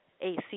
AC